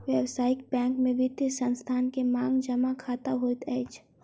व्यावसायिक बैंक में वित्तीय संस्थान के मांग जमा खता होइत अछि